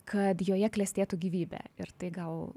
kad joje klestėtų gyvybė ir tai gal